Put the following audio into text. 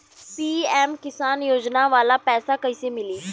PM Kisan योजना वाला पैसा कईसे मिली?